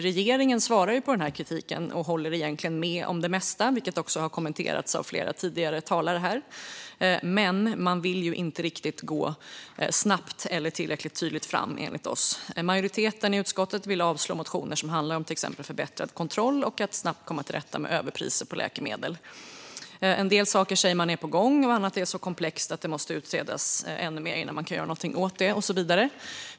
Regeringen svarar på kritiken och håller egentligen med om det mesta, vilket har kommenterats av flera tidigare talare. Men man vill enligt oss inte gå tillräckligt tydligt eller snabbt fram. Majoriteten i utskottet vill avslå motioner som handlar om till exempel förbättrad kontroll och om att snabbt komma till rätta med överpriser på läkemedel. En del saker säger man är på gång, och annat är så komplext att det måste utredas ännu mer innan man kan göra någonting åt det och så vidare.